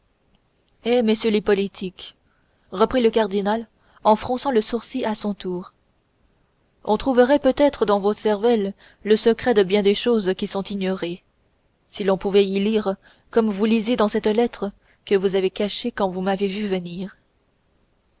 eh messieurs les politiques reprit le cardinal en fronçant le sourcil à son tour on trouverait peut-être dans vos cervelles le secret de bien des choses qui sont ignorées si on pouvait y lire comme vous lisiez dans cette lettre que vous avez cachée quand vous m'avez vu venir